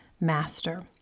master